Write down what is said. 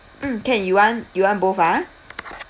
mm can you want you want both ah